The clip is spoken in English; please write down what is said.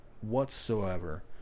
whatsoever